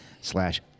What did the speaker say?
slash